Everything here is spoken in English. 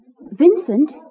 Vincent